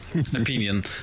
opinion